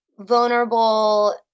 vulnerable